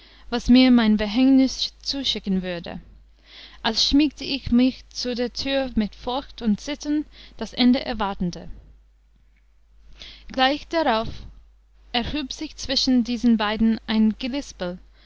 was mir mein verhängnüs zuschicken würde als schmiegte ich mich zu der tür mit forcht und zittern das ende erwartende gleich darauf erhub sich zwischen diesen beiden ein